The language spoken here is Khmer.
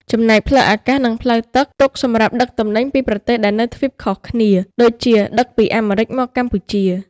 ចំណែកផ្លូវអាកាស និងផ្លូវទឹក ទុក សម្រាប់ដឹកទំនិញពីប្រទេសដែលនៅទ្វីបខុសគ្នាដូចជាដឹកពីអាមេរិកមកកម្ពុជា។